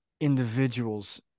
individual's